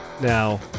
now